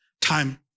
time